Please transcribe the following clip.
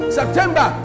September